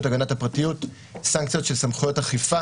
להגנת הפרטיות סנקציות של סמכויות אכיפה,